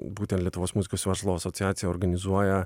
būtent lietuvos muzikos verslo asociacija organizuoja